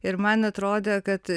ir man atrodė kad